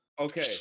Okay